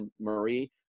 Marie